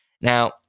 Now